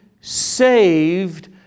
saved